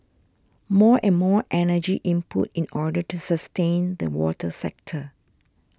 more and more energy input in order to sustain the water sector